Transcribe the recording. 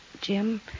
Jim